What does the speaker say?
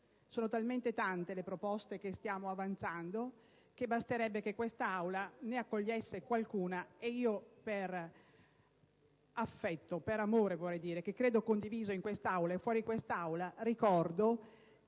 sono talmente tante le proposte che stiamo avanzando che basterebbe che quest'Aula ne accogliesse qualcuna. Per affetto, per amore - che credo condiviso in questa Aula e fuori di qui - ricordo che